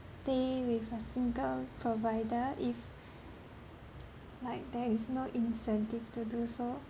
stay with a single provider if like there is no incentive to do so